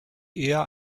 eher